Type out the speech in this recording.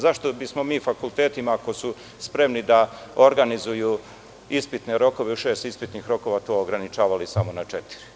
Zašto bismo mi fakultetima, ako su spremni da organizuju ispitne rokove u šest ispitnih rokova to ograničavali samo na četiri?